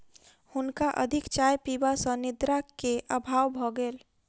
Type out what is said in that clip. हुनका अधिक चाय पीबा सॅ निद्रा के अभाव भ गेल